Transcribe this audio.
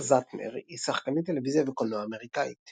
נורה זהטנר היא שחקנית טלוויזיה וקולנוע אמריקאית.